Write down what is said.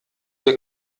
ihr